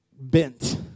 bent